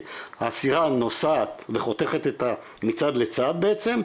הסירה נוסעת וחותכת מצד לצד בעצם,